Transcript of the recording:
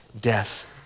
death